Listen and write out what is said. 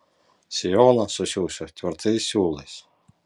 sijoną susiųsiu tvirtais siūlais